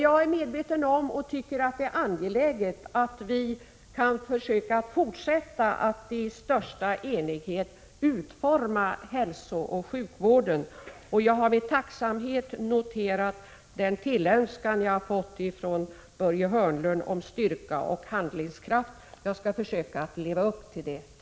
Jag tycker att det är angeläget att vi försöker fortsätta att i största enighet utforma hälsooch sjukvården, och jag har med tacksamhet noterat den tillönskan jag har fått från Börje Hörnlund om styrka och handlingskraft. Jag skall försöka leva upp till det.